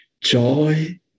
joy